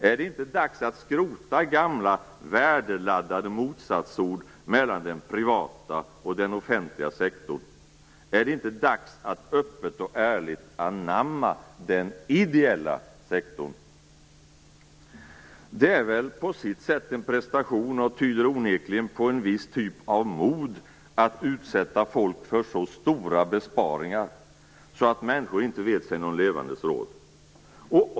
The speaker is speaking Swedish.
Är det inte dags att skrota gamla värdeladdade motsatsord mellan den privata och den offentliga sektorn? Är det inte dags att öppet och ärligt anamma den ideella sektorn? Det är väl på sitt sätt en prestation, och tyder onekligen på en viss typ av mod, att utsätta folk för så stora besparingar att människor inte vet sig någon levandes råd.